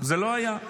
זה לא היה.